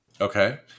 Okay